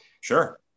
Sure